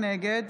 נגד